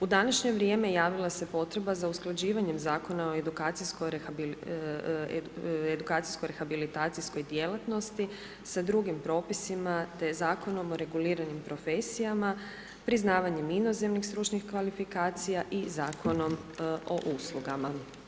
U današnje vrijeme pojavila se potreba za usklađivanjem Zakona o edukacijsko rehabilitacijskoj djelatnosti sa drugim propisima te Zakonom o reguliranim profesijama, priznavanjem inozemnih stručnih kvalifikacija i Zakonom o uslugama.